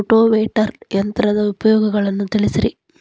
rotavator ಯಂತ್ರದ ಉಪಯೋಗಗಳನ್ನ ತಿಳಿಸಿರಿ